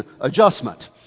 adjustment